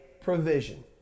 provision